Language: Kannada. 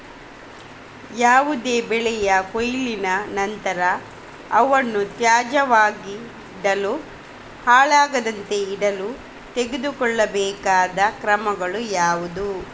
ಯಾವುದೇ ಬೆಳೆಯ ಕೊಯ್ಲಿನ ನಂತರ ಅವನ್ನು ತಾಜಾ ಆಗಿಡಲು, ಹಾಳಾಗದಂತೆ ಇಡಲು ತೆಗೆದುಕೊಳ್ಳಬೇಕಾದ ಕ್ರಮಗಳು ಯಾವುವು?